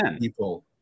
people